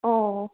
अ